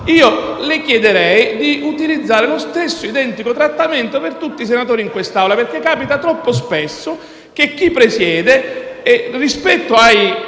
le chiederei di utilizzare lo stesso identico trattamento per tutti i senatori in questa Assemblea. Capita troppo spesso che chi presiede abbia verso i